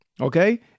Okay